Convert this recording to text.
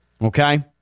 Okay